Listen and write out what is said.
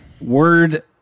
word